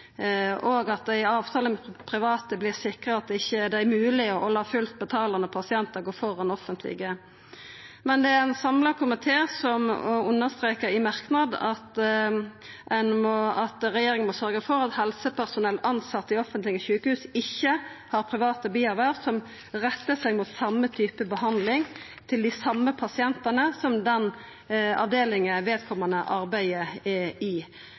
og at det i avtalar med private vert sikra at det ikkje er mogleg å la fullt betalande pasientar gå føre offentleg finansierte pasientar. Men det er ein samla komité som understrekar i ein merknad at regjeringa må sørgja for at helsepersonell tilsette i offentlege sjukehus, ikkje har privat bierverv som rettar seg den mot same typen behandling – til dei same pasientane – som den avdelinga vedkomande arbeider i,